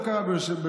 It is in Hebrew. זה לא קרה בוועדה,